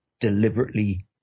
deliberately